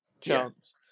chance